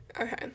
Okay